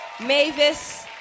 Mavis